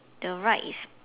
the right is